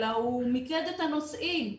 אלא מיקד את הנושאים.